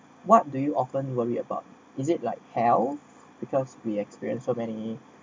what do you often worry about is it like hell because we experienced so many